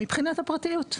מבחינת הפרטיות,